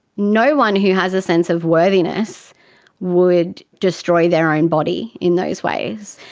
no one who has a sense of worthiness would destroy their own body in those ways.